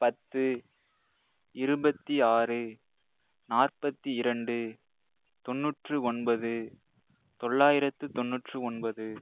பத்து இருபத்தி ஆறு நாற்பத்தி இரண்டு தொண்ணூற்று ஒன்பது தொள்ளாயிரத்து தொண்ணூற்று ஒன்பது